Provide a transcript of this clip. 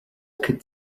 could